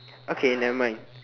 okay nevermind